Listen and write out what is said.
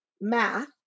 math